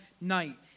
night